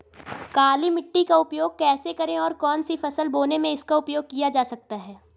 काली मिट्टी का उपयोग कैसे करें और कौन सी फसल बोने में इसका उपयोग किया जाता है?